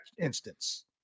instance